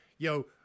yo